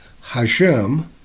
Hashem